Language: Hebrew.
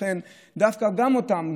לכן דווקא גם אותם,